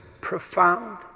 profound